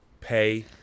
pay